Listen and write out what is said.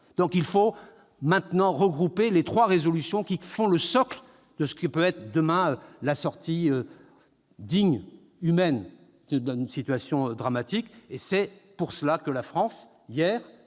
nous faut maintenant regrouper les trois résolutions qui constituent le socle de ce qui peut être demain la sortie digne, humaine d'une situation dramatique. C'est pourquoi la France a